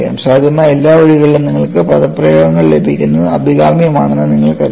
സാധ്യമായ എല്ലാ വഴികളിലും നിങ്ങൾക്ക് പദപ്രയോഗങ്ങൾ ലഭിക്കുന്നത് അഭികാമ്യമാണെന്ന് നിങ്ങൾക്കറിയാം